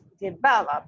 develop